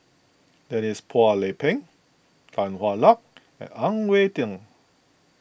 Denise Phua Lay Peng Tan Hwa Luck and Ang Wei Neng